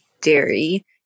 dairy